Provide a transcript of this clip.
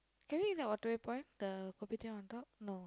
can we eat like Waterway-Point the Kopitiam on top no